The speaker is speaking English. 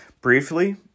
Briefly